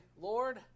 Lord